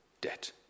debt